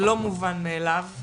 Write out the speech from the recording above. זה לא מובן מאליו.